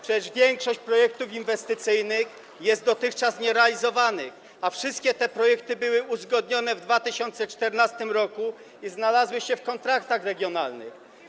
Przecież większość projektów inwestycyjnych jest dotychczas nierealizowana, a wszystkie te projekty były uzgodnione w 2014 r. i znalazły się w kontraktach regionalnych.